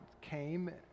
came